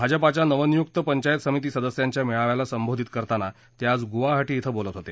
भाजपाच्या नवनियुक्त पंचायत समिती सदस्यांच्या मेळाव्याला संबोधित करताना ते आज गुवाहाटी धिं बोलत होते